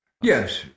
Yes